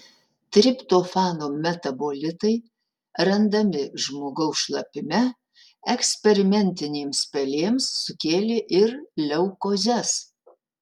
triptofano metabolitai randami žmogaus šlapime eksperimentinėms pelėms sukėlė ir leukozes